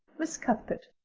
miss cuthbert.